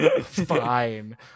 Fine